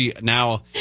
Now